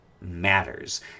matters